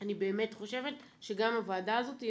אני באמת חושבת שגם הוועדה הזאת היא